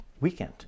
weekend